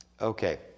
Okay